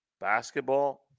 basketball